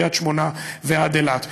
מקריית שמונה ועד אילת.